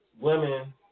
women